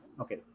Okay